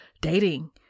dating